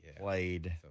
played